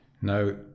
Now